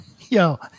Yo